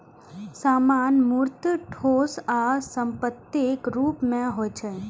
सामान मूर्त, ठोस आ संपत्तिक रूप मे होइ छै